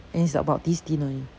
and it's about this thin only